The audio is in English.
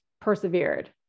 persevered